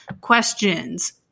Questions